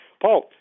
Paul